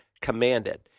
commanded